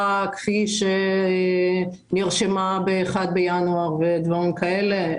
כפי שנרשמה ב-1 בינואר ודברים כאלה.